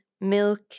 milk